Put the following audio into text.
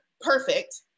perfect